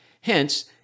Hence